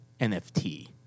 NFT